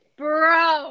bro